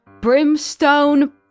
Brimstone